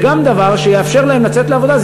זה גם דבר שיאפשר להן לצאת לעבודה.